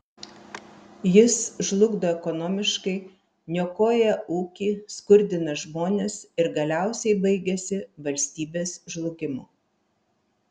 jis žlugdo ekonomiškai niokoja ūkį skurdina žmones ir galiausiai baigiasi valstybės žlugimu